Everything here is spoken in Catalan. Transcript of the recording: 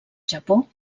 japó